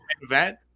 event